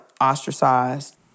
ostracized